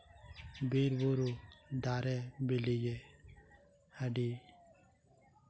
ᱵᱤᱨᱼᱵᱩᱨᱩ ᱫᱟᱨᱮ ᱵᱤᱞᱤᱜᱮ ᱟᱹᱰᱤ